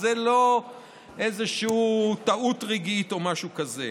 זו לא איזושהי טעות רגעית או משהו כזה.